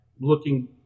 looking